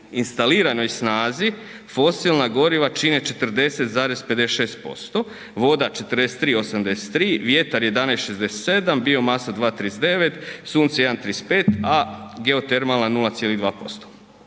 instaliranoj snazi fosilna goriva čine 40,56%, voda 43,83%, vjetar 11,67%, biomasa 2,39, sunce 1,35, a geotermalna 0,2%.